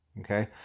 okay